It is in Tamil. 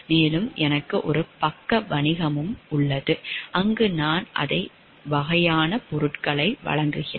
மேலும் எனக்கு ஒரு பக்க வணிகமும் உள்ளது அங்கு நான் அதே வகையான பொருட்களை வழங்குகிறேன்